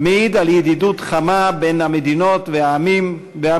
מעיד על ידידות חמה בין המדינות והעמים ועל